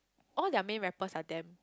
all their main rappers are damn